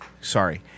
Sorry